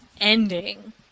ending